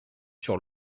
sur